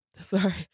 Sorry